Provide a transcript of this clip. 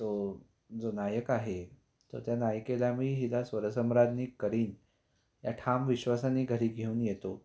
तो जो नायक आहे तो त्या नायिकेला मी हिला स्वरसम्राज्ञी करीन या ठाम विश्वासाने घरी घेऊन येतो